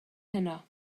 heno